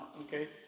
Okay